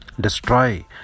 Destroy